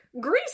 Greece